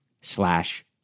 slash